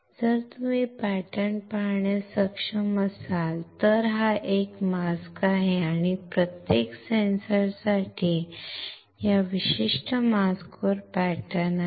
तर जर तुम्ही पॅटर्न पाहण्यास सक्षम असाल तर हा एक मास्क आहे आणि प्रत्येक सेन्सरसाठी या विशिष्ट मास्क वर पॅटर्न आहेत